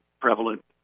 prevalent